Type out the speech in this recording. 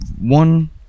one